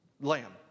Lamb